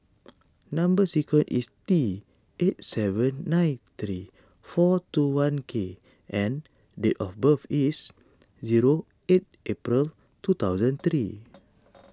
Number Sequence is T eight seven nine three four two one K and date of birth is zero eight April two thousand three